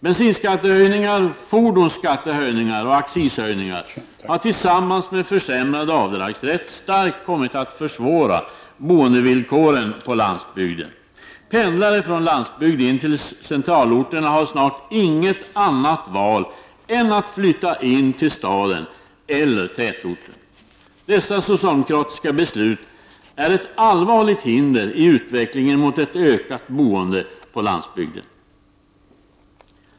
Bensinskattehöjningar, fordonsskattehöjningar och accishöjningar har tillsammans med försämrad avdragsrätt starkt kommit att försvåra boendevillkoren på landsbygden. Pendlare från landsbygden in till centralorterna har snart inget annat val än att flytta in till staden eller tätorten. Dessa socialdemokratiska beslut är ett allvarligt hinder i utvecklingen mot ett ökat boende på landsbygden.